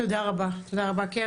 תודה רבה קרן,